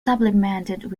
supplemented